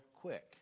quick